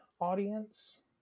audience